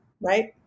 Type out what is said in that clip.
right